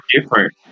different